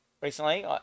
Recently